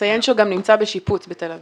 תציין שהוא גם נמצא בשיפוץ בתל אביב.